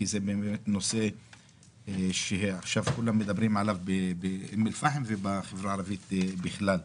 כי זה נושא שעכשיו כולם מדברים עליו באום אל פחם ובחברה הערבית בכלל.